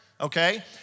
Okay